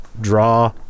draw